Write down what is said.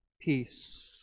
Peace